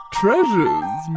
treasures